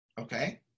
okay